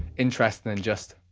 interesting than just